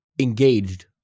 engaged